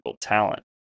talent